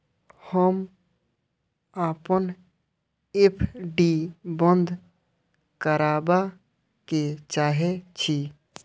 हम अपन एफ.डी बंद करबा के चाहे छी